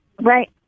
Right